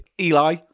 Eli